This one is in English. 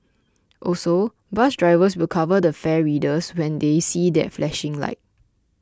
also bus drivers will cover the fare readers when they see their flashing light